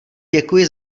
děkuji